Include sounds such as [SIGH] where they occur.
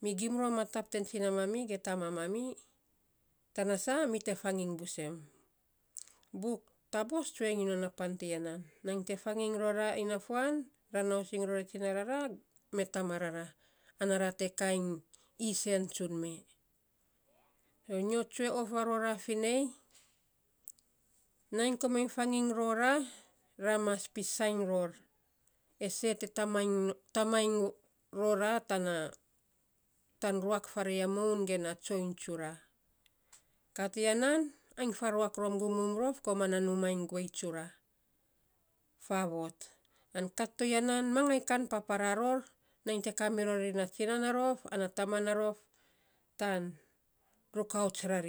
Mi gim ror ma tap ten tsina mami ge tama mami, tana saa mi te faging busem, buk taabos tsue iny non a pan tiya nan nainy te faging ror ra inafuan ra nausing ror e tsina rara mee, tama rara, ana ra te ka iny isen tsun mee so nyo tsu of rarora finei, nainy komainy faging rora ra mas pisainy ror e see te tamainy [HESITATION] rora tana tan ruak faarei a moun ge na tsoiny tsura. Ka tiya nan ain faruak rom gumgum rof tana numaa iny guei tsura faavot an kat toya nan mangai kan papara ror te kaa mirori na tsinan a rof ana taman a rof, tan rakauts rar.